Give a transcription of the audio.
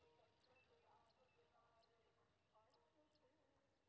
एक महीना में केते रूपया ले सके छिए?